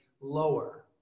lower